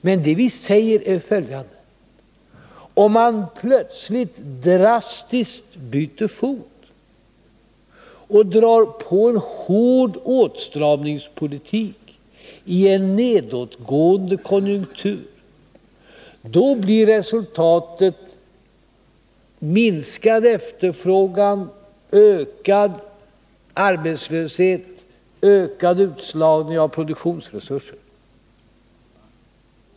Men det vi säger är följande: Om man plötsligt drastiskt byter fot och drar i gång en hård åtstramningspolitik i en nedgående konjunktur, då blir resultatet minskad efterfrågan, ökad arbetslöshet, ökad utslagning av produktionsresurser.